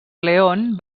león